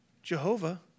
Jehovah